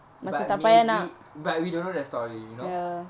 but maybe but we don't know the story you know